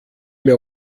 mehr